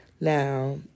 Now